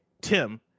Tim